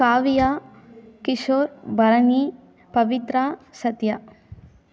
Kavya Kishore Bharani Pavithra Sathya